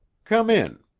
come in.